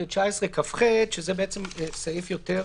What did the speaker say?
סעיף 319כח הוא סעיף ששונה יותר